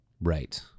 right